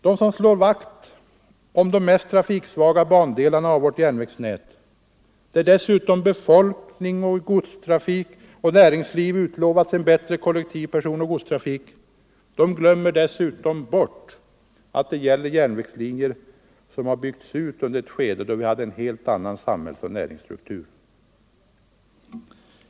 De som slår vakt om de mest trafiksvaga bandelarna av vårt järnvägsnät, där befolkningen och näringslivet har utlovats en bättre personoch godtrafik, glömmer dessutom att det här gäller järnvägslinjer som har byggts ut under ett skede med en helt annan samhällsoch näringsstruktur.